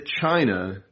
China